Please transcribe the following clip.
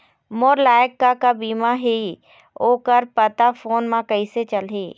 मोर लायक का का बीमा ही ओ कर पता फ़ोन म कइसे चलही?